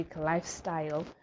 lifestyle